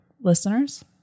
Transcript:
listeners